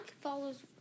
follows